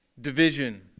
division